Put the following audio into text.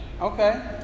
Okay